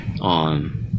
on